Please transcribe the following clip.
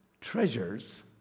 treasures